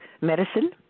medicine